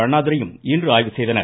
அண்ணாதுரையும் இன்று ஆய்வு செய்தனர்